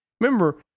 remember